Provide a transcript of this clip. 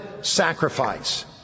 sacrifice